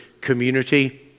community